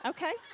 Okay